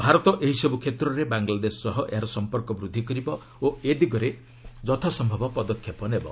ଭାରତ ଏହିସବୁ କ୍ଷେତ୍ରରେ ବାଙ୍ଗଲାଦେଶ ସହ ଏହାର ସମ୍ପର୍କ ବୃଦ୍ଧି କରିବ ଓ ଏ ଦିଗରେ ଯଥାସମ୍ଭବ ପଦକ୍ଷେପ ନେବ